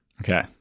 Okay